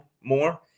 more